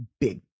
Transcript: big